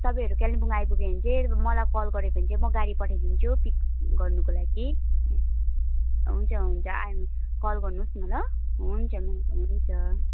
तपाईहरू कालिम्पोङ आइपुग्यो भने चाहिँ मलाई कल गऱ्यो भने चाहिँ म गाडी पठाइदिन्छु पिक गर्नुको लागि हुन्छ हुन्छ आयो कल गर्नुहोस् न ल हुन्छ हुन्छ हुन्छ